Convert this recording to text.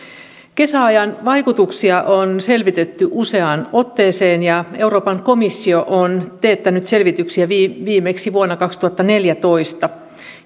kesäajan vaikutuksia on selvitetty useaan otteeseen ja euroopan komissio on teettänyt selvityksiä viimeksi vuonna kaksituhattaneljätoista